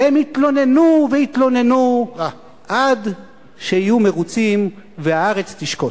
והם יתלוננו ויתלוננו עד שיהיו מרוצים והארץ תשקוט.